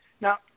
Now